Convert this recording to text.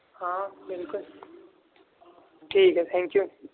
ہاں بالکل ٹھیک ہے تھینک یو